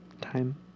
time